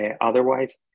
otherwise